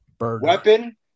weapon